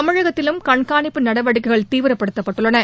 தமிழகத்திலும் கண்காணிப்பு நடைவடிக்கைகள் தீவிரப்படுத்தப் பட்டுள்ளன